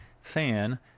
fan